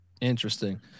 interesting